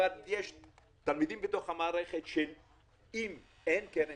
יש תלמידים בתוך המערכת שאם אין את קרן